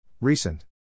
Recent